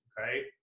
Okay